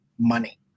money